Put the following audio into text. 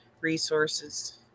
resources